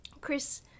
Chris